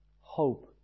Hope